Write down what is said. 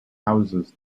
houses